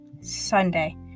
Sunday